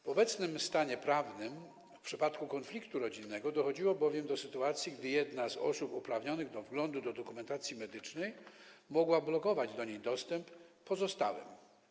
W obecnym stanie prawnym w przypadku konfliktu rodzinnego dochodziło bowiem do sytuacji, gdy jedna z osób uprawnionych do wglądu do dokumentacji medycznej mogła blokować dostęp do niej pozostałym.